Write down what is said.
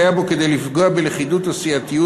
והיה בו כדי לפגוע בלכידות הסיעתית